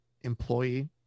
employee